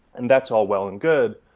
and that's all well and good,